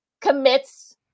commits